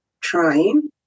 trying